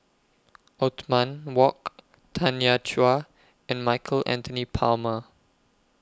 Othman Wok Tanya Chua and Michael Anthony Palmer